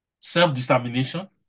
self-determination